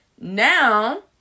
Now